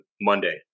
Monday